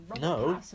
No